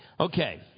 Okay